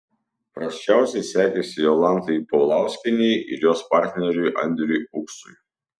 prasčiausiai sekėsi jolantai paulauskienei ir jos partneriui andriui uksui